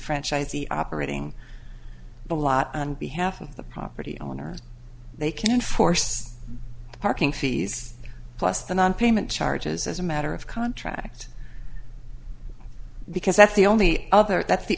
franchisee operating the lot on behalf of the property owners they can enforce parking fees plus the nonpayment charges as a matter of contract because that's the only other that's the